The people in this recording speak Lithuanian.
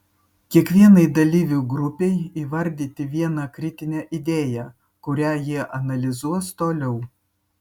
kiekvienai dalyvių grupei įvardyti vieną kritinę idėją kurią jie analizuos toliau